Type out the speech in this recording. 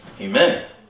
amen